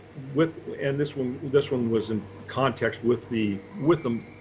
with and this one, this one was in context with the with them,